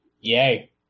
Yay